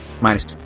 Minus